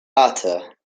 latter